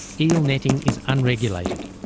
eel netting is unregulated.